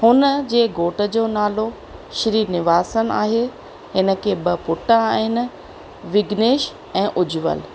हुन जे घोट जो नालो श्री निवासन आहे इन खे ॿ पुटु आहिनि विज्ञनेश ऐं उज्जवल